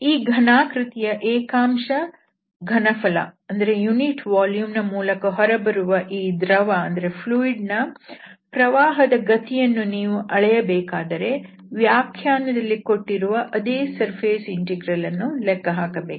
ಈ ಘನಾಕೃತಿ ಯ ಏಕಾಂಶ ಘನಫಲ ದ ಮೂಲಕ ಹೊರಬರುವ ಈ ದ್ರವದ ಪ್ರವಾಹದ ಗತಿ ಯನ್ನು ನೀವು ಅಳೆಯಬೇಕಾದರೆ ವ್ಯಾಖ್ಯಾನದಲ್ಲಿ ಕೊಟ್ಟಿರುವ ಅದೇ ಸರ್ಫೇಸ್ ಇಂಟೆಗ್ರಲ್ ಅನ್ನು ಲೆಕ್ಕ ಹಾಕಬೇಕು